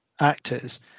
actors